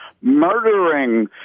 murdering